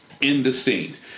indistinct